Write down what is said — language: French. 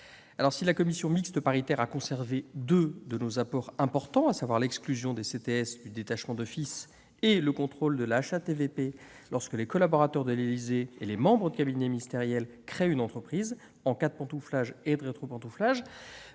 La commission mixte paritaire a toutefois conservé deux de nos apports importants, à savoir l'exclusion des conseillers techniques sportifs du détachement d'office et le contrôle de la HATVP lorsque les collaborateurs de l'Élysée et les membres de cabinets ministériels créent une entreprise en cas de pantouflage et de rétropantouflage.